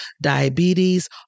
diabetes